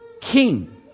king